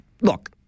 Look